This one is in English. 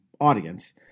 audience